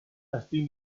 estic